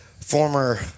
former